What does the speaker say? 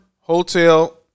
hotel